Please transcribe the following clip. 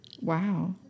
Wow